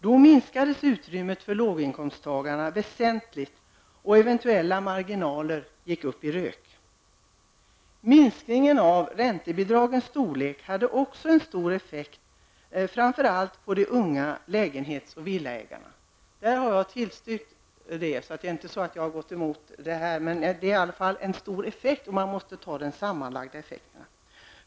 Då minskades utrymmet för låginkomsttagarna väsentligt, och eventuella marginaler gick upp i rök. Minskningen av räntebidragens storlek fick stor effekt framför allt beträffande unga lägenhets och villaägare. Där har jag tillstyrkt. Jag har alltså inte gått emot på den punkten. Men det här får i alla fall en stor effekt. Det gäller att se till de sammanlagda effekterna.